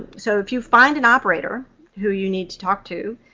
so if you find an operator who you need to talk to,